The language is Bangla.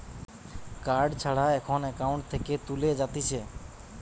কার্ড ছাড়া এখন একাউন্ট থেকে তুলে যাতিছে